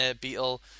Beetle